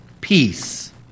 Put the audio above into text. peace